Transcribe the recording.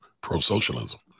pro-socialism